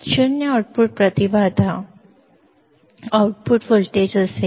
शून्य आउटपुट प्रतिबाधा output voltage असेल